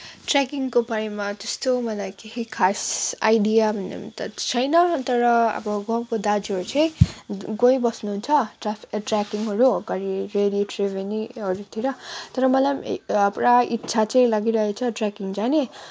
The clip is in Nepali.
ट्रेकिङको बारेमा त्यस्तो मलाई केही खास आइडिया भने त छैन तर अब गाउँको दाजुहरू चाहिँ गइबस्नुहुन्छ ट्रेकिङहरू अगाडि फेरि त्रिवेणीहरूतिर तर मलाई पनि पुरा इच्छा चाहिँ लागिरहेछ ट्रेकिङ जाने